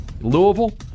Louisville